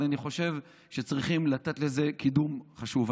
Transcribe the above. אבל אני חושב שצריכים לתת לזה קידום חשוב.